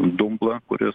dumblą kuris